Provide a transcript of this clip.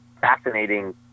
fascinating